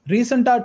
Recent